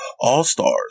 All-Stars